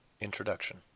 Introduction